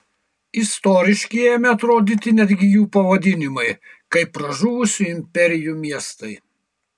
istoriški ėmė atrodyti netgi jų pavadinimai kaip pražuvusių imperijų miestai